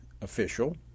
official